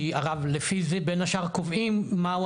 כי אגב לפי זה בין השאר קובעים מה הוא